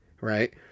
right